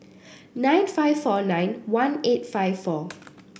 nine five four nine one eight five four